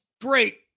great